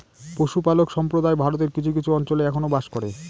পশুপালক সম্প্রদায় ভারতের কিছু কিছু অঞ্চলে এখনো বাস করে